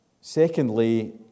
Secondly